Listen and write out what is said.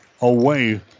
away